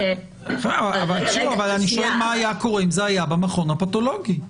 מה היה קורה אם זה היה במכון הפתולוגי?